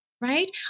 right